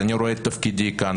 אני רואה את תפקידי כאן,